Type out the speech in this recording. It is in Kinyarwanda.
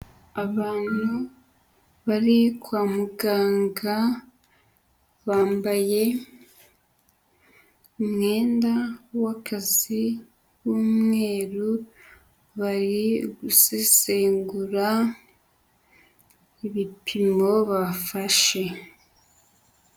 Abantu bari kwa muganga bambaye umwenda w'akazi w'umweru, bari gusesengura ibipimo bafashe.